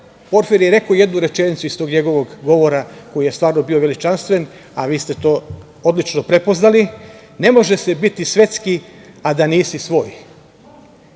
Porfirije je rekao jednu rečenicu iz tog njegovog govora, koji je stvarno bio veličanstven, a vi ste to odlično prepoznali – Ne može se biti svetski, a da nisi svoj. Mi